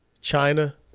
China